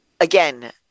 Again